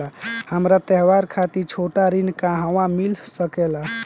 हमरा त्योहार खातिर छोटा ऋण कहवा मिल सकेला?